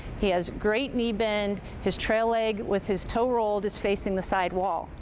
he has great knee bend, his trail leg with his toe rolled is facing the side wall.